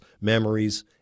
memories